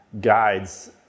guides